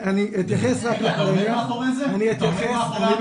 כדאי מאוד.